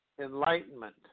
enlightenment